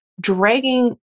dragging